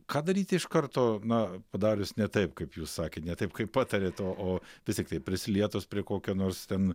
ką daryti iš karto na padarius ne taip kaip jūs sakėt ne taip kaip patarėt o o vis tiek tai prisilietus prie kokio nors ten